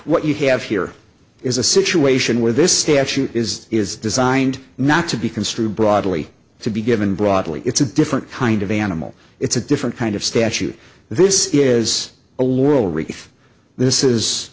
what you have here is a situation where this statute is is designed not to be construed broadly to be given broadly it's a different kind of animal it's a different kind of statute this is a laurel wreath this is